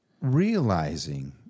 realizing